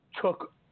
took